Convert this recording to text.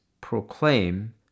proclaim